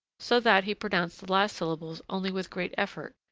so that he pronounced the last syllables only with great effort,